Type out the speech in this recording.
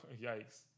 Yikes